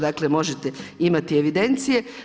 Dakle, možete imati evidencije.